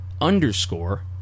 underscore